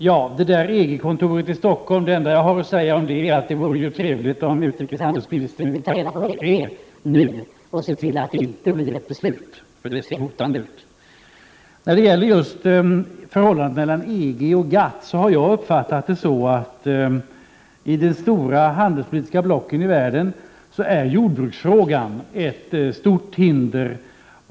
Herr talman! Det enda jag har att säga om det där EG-kontoret i Stockholm är att det ju vore trevligt om utrikeshandelsministern nu ville ta reda på hur det är och se till att det inte blir ett beslut. Det ser hotande ut. När det gäller förhållandet mellan EG och GATT har jag uppfattat saken så att i de stora handelspolitiska blocken i världen är jordbruksfrågan ett stort hinder.